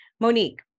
Monique